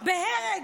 בהרג,